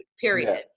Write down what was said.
period